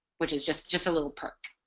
which is just just a little perk